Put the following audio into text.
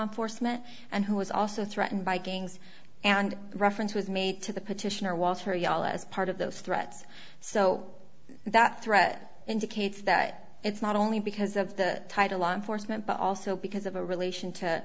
enforcement and who is also threatened by gangs and reference was made to the petitioner walter ya'll as part of those threats so that threat indicates that it's not only because of the title law enforcement but also because of a relation to